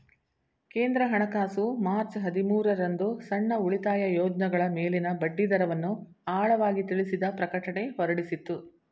ಕೇಂದ್ರ ಹಣಕಾಸು ಮಾರ್ಚ್ ಹದಿಮೂರು ರಂದು ಸಣ್ಣ ಉಳಿತಾಯ ಯೋಜ್ನಗಳ ಮೇಲಿನ ಬಡ್ಡಿದರವನ್ನು ಆಳವಾಗಿ ತಿಳಿಸಿದ ಪ್ರಕಟಣೆ ಹೊರಡಿಸಿತ್ತು